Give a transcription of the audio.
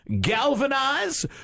galvanize